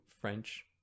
French